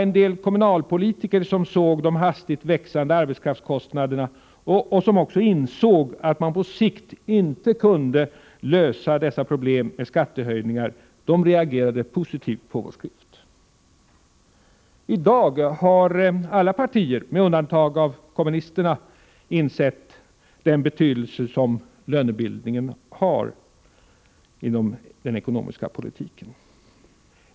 — En del kommunalpolitiker som såg de hastigt växande arbetskraftskostnaderna och som också insåg att man på sikt inte kunde lösa dessa problem med skattehöjningar reagerade dock positivt på vår skrift. I dag har alla partier med undantag av kommunisterna insett den betydelse som lönebildningen har inom den ekonomiska politiken.